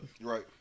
Right